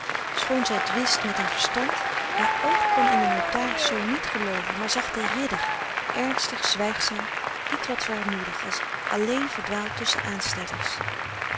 schoon zij t wist met haar verstand haar oog kon in den notaris zoon niet gelooven maar zag den ridder ernstig zwijgzaam ietwat zwaarmoedig als alleen verdwaald tusschen